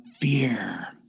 fear